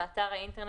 יש הערות?